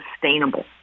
sustainable